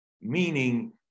meaning